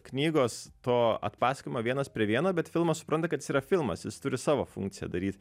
knygos to atpasakojimo vienas prie vieno bet filmas supranta kad jis yra filmas jis turi savo funkciją daryt